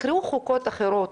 תקראו חוקות אחרות,